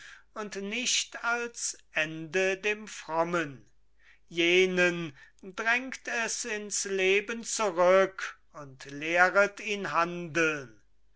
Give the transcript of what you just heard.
und nicht als ende dem frommen jenen drängt es ins leben zurück und lehret ihn handeln